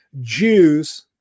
Jews